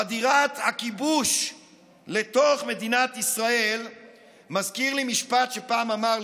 חדירת הכיבוש לתוך מדינת ישראל מזכירה לי משפט שפעם אמר,